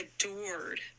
adored